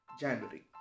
January